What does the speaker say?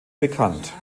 bekannt